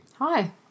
Hi